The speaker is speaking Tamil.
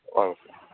வாங்க